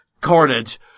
carnage